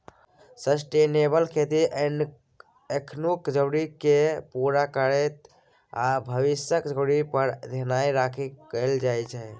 sustainable खेतीमे एखनुक जरुरतकेँ पुरा करैत आ भबिसक जरुरत पर धेआन राखि कएल जाइ छै